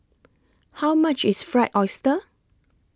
How much IS Fried Oyster